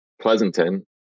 pleasanton